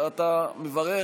אתה מברך.